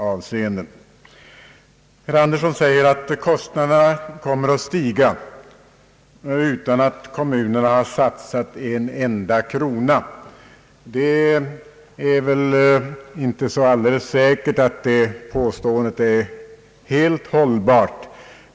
Herr Andersson säger att kostnaderna kommer att stiga utan att kommunerna har satsat en enda krona. Det är väl inte alldeles säkert att detta påstående är helt hållbart.